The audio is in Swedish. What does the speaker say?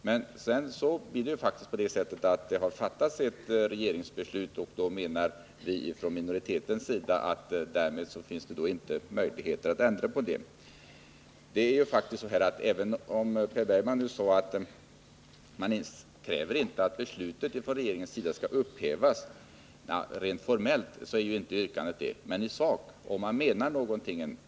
Men här har ju faktiskt fattats ett regeringsbeslut, och vi som utgör minoriteten inom utskottet anser att det inte finns någon möjlighet att ändra på detta. Per Bergman sade att utskottsmajoriteten kräver inte att regeringens beslut skall upphävas. Nja, rent formellt yrkar man inte på detta, men i sak gör man det naturligtvis.